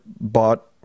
bought